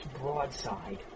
broadside